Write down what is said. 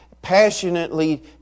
passionately